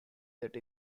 that